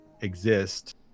exist